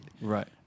right